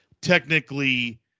technically